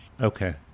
okay